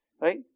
right